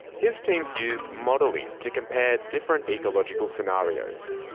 his team used modelling to compare different ecological scenarios.